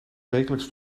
wekelijks